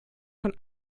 von